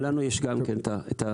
אין לנו את הסוללות,